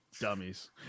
dummies